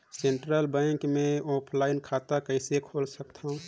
Central bank मे offline खाता कइसे खोल सकथव?